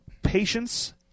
patience